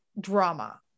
drama